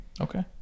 Okay